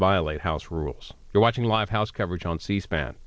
violate house rules you're watching live house coverage on c span